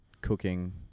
cooking